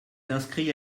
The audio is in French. inscrit